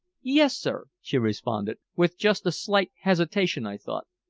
yes, sir, she responded, with just a slight hesitation, i thought.